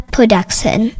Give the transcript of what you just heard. Production